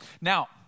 Now